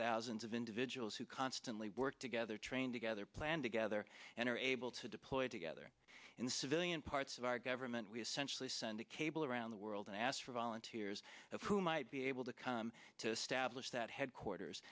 thousands of individuals who constantly work together train together and together and are able to deploy together in the civilian parts of our government we essentially send a cable around the world and ask for volunteers who might be able to come to establish that headquarters